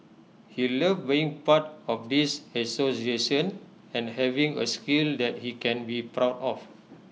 he loved being part of this association and having A skill that he can be proud of